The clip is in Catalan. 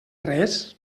res